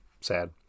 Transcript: sad